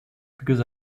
because